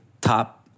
top